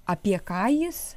apie ką jis